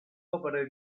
opere